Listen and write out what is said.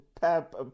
Pep